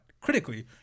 Critically